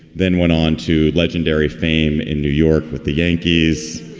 then went on to legendary fame in new york with the yankees.